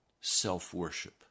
self-worship